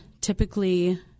typically